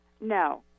No